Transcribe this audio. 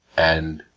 and